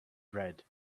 bread